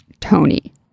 tony